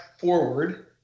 forward